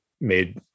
made